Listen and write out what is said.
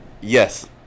Yes